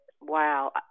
wow